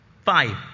Five